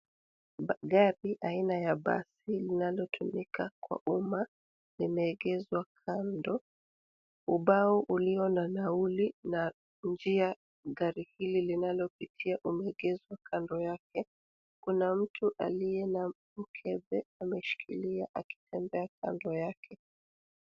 Gari aina ya basi linalotumika kwa umma limeegezwa kando. Ubao ulio na nauli na njia gari hili linalopitia umeegezwa kando yake. Kuna mtu aliye na mkebe, ameshikilia akitembea kando yake.